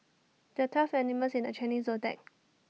there're twelve animals in the Chinese Zodiac